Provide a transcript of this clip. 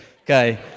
Okay